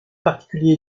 particulier